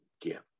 give